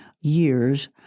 years—